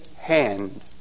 hand